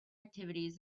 activities